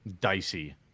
dicey